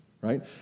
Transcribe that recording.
right